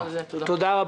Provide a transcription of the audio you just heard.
תודה.